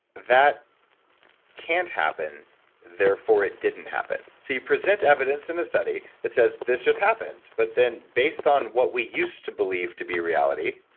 that can't happen therefore, it didn't happen. so you present evidence in a study that says this just happened, but then, based on what we used to believe to be reality,